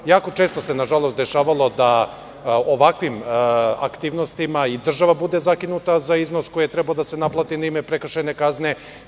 Jako često se, nažalost, dešavalo da ovakvim aktivnostima i država bude zakinuta za iznos koji je trebalo da se naplati na ime prekršajne kazne.